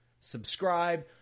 subscribe